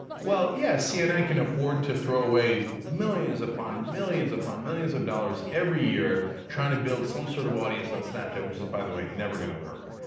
well, yes, cnn can afford to throw away millions upon millions upon millions of dollars every year trying to build some sort of audience on snapchat, which is, by the way, never going to work.